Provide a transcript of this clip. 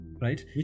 Right